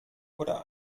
oder